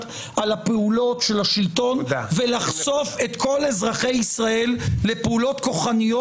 על הפעולות של השלטון ולחשוף את כל אזרחי ישראל לפעולות כוחניות